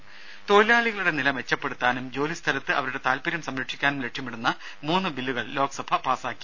രുദ തൊഴിലാളികളുടെ നില മെച്ചപ്പെടുത്താനും ജോലി സ്ഥലത്ത് അവരുടെ താൽപര്യം സംരക്ഷിക്കാനും ലക്ഷ്യമിടുന്ന മൂന്ന് ബില്ലുകൾ ലോക്സഭ പാസാക്കി